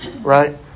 Right